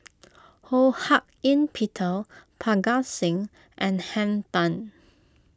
Ho Hak Ean Peter Parga Singh and Henn Tan